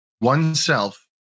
oneself